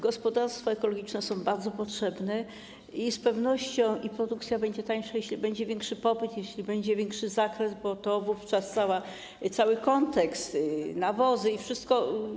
Gospodarstwa ekologiczne są bardzo potrzebne i z pewnością produkcja będzie tu tańsza, jeśli będzie większy popyt, jeśli będzie większy zakres, bo wówczas cały kontekst, nawozy i wszystko.